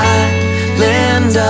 island